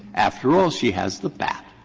after all, she has the bat.